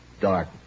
Dark